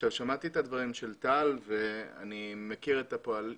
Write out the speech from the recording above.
שמעתי את דבריה של טל ואני מכיר את פועלה,